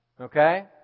Okay